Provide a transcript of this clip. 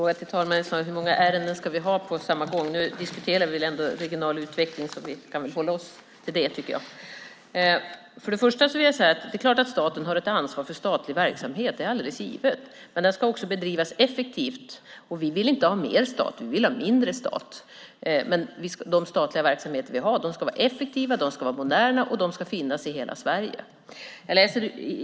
Herr talman! Hur många ärenden ska vi diskutera på samma gång? Nu diskuterar vi regional utveckling, och jag tycker att vi kan hållas oss till det. Först och främst vill jag säga att det är klart att staten har ett ansvar för statlig verksamhet. Det är alldeles givet. Men den ska också bedrivas effektivt. Vi vill inte ha mer stat, vi vill ha mindre stat. Men de statliga verksamheter som vi har ska vara effektiva och moderna, och de ska finnas i hela Sverige.